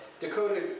Dakota